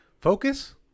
Focus